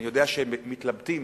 אני יודע שהם מתלבטים,